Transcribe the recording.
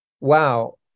wow